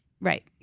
right